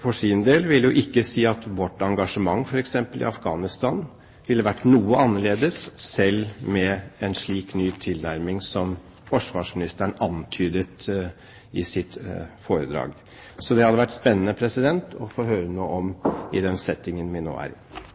for sin del si at vårt engasjement f.eks. i Afghanistan ville vært noe annerledes selv med en slik ny tilnærming som forsvarsministeren antydet i sitt foredrag. Det hadde det vært spennende å få høre noe om i den settingen vi nå er i. La meg først gi ros til interpellanten, for dette er